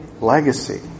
legacy